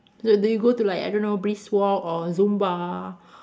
so do you go to like I don't know brisk walk or Zumba